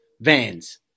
vans